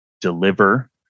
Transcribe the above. deliver